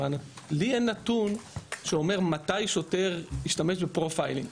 לי אין נתון שאומר מתי שוטר השתמש בפרופיילינג.